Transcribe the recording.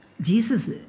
Jesus